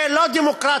זה לא דמוקרטיה